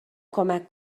کمک